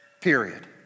Period